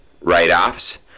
write-offs